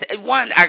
one